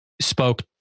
spoke